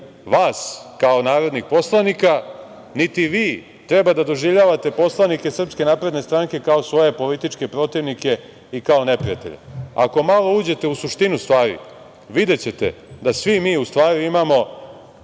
vas kao narodnih poslanika, niti vi treba da doživljavate poslanike SNS kao svoje političke protivnike i kao neprijatelje. Ako malo uđete u suštinu stvari videćete da svi mi u stvari imamo,